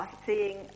seeing